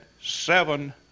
seven